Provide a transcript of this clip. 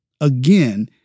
Again